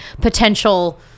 potential